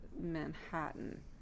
Manhattan